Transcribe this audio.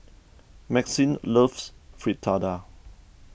Maxine loves Fritada